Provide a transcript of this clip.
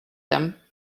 them